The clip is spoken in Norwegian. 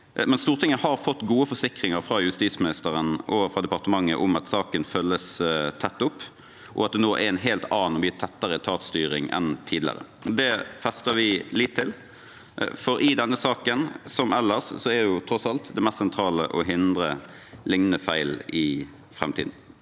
Stortinget har fått gode forsikringer fra justisministeren og fra departementet om at saken følges tett opp, og at det nå er en helt annen og mye tettere etatsstyring enn tidligere. Det fester vi lit til. For i denne saken, som ellers, er tross alt det mest sentrale å hindre lignende feil i fremtiden.